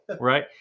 Right